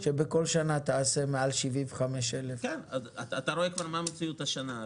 כשבכל שנה תעשה מעל 75,000. אתה רואה כבר מה המציאות השנה.